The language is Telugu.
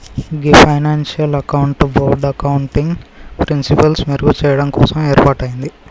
గీ ఫైనాన్షియల్ అకౌంటింగ్ బోర్డ్ అకౌంటింగ్ ప్రిన్సిపిల్సి మెరుగు చెయ్యడం కోసం ఏర్పాటయింది